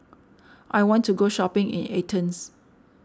I want to go shopping in Athens